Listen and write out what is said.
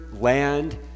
land